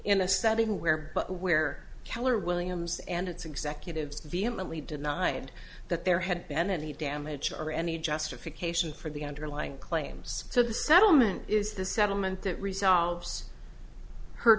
in a setting where but where keller williams and its executives vehemently denied that there had been any damage or any justification for the underlying claims so the settlement is the settlement that resolves her